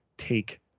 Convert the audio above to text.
take